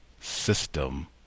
system